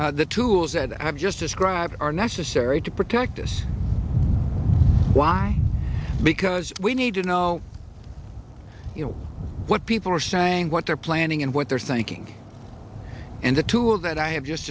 that the tools that i've just described are necessary to protect us why because we need to know you know what people are saying what they're planning and what they're thinking and the tools that i have just